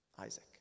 Isaac